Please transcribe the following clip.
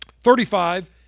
Thirty-five